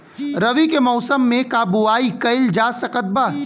रवि के मौसम में का बोआई कईल जा सकत बा?